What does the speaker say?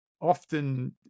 often